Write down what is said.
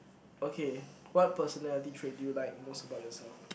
okay what personality trait do you like most about yourself